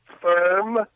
firm